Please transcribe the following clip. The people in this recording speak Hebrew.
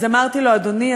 אז אמרתי לו: אדוני,